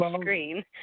screen